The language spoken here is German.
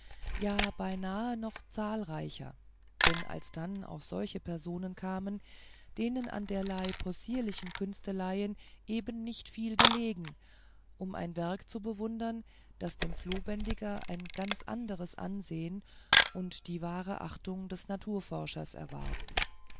ja beinahe noch zahlreicher da alsdann auch solche personen kamen denen an derlei possierlichen künsteleien eben nicht viel gelegen um ein werk zu bewundern das dem flohbändiger ein ganz anderes ansehen und die wahre achtung des naturforschers erwarb